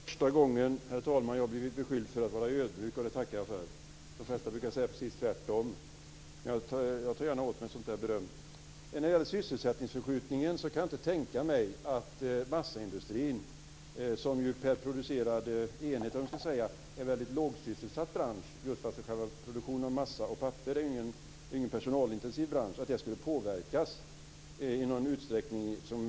Herr talman! Det är första gången som jag blir beskylld för att vara ödmjuk, och det tackar jag för. De flesta brukar säga precis tvärtom, men jag tar gärna åt mig av berömmet. När det gäller sysselsättningsförskjutningen kan jag inte tänka mig att massaindustrin skulle påverkas i någon mätbar utsträckning av denna biprodukts hanterande. Det är en per producerad enhet väldigt lågsysselsatt bransch. Produktion av massa och papper är ju ingen personalintensiv bransch.